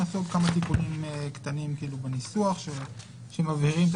נעשו כמה תיקונים קטנים בניסוח שמבהירים את